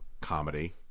comedy